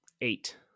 Eight